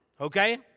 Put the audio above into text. Okay